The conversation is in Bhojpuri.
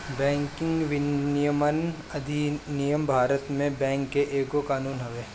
बैंकिंग विनियमन अधिनियम भारत में बैंक के एगो कानून हवे